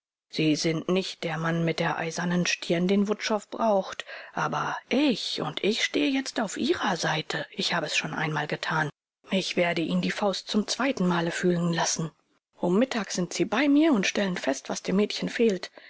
sie sind nicht der mann mit der eisernen stirn den wutschow braucht aber ich und ich stehe jetzt auf ihrer seite ich habe es schon einmal getan ich werde ihn die faust zum zweiten male fühlen lassen um mittag sind sie bei mir und stellen fest was dem mädchen fehlt